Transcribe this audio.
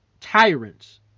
tyrants